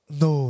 no